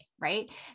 Right